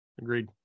Agreed